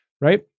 Right